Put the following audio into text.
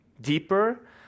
deeper